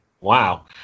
Wow